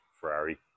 ferrari